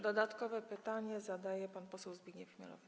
Dodatkowe pytanie zadaje pan poseł Zbigniew Chmielowiec.